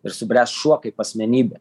ir subręst šuo kaip asmenybė